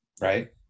right